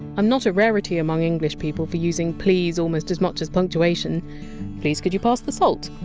i'm not a rarity among english people for using! please! almost as much as punctuation please could you pass the salt?